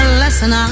lesson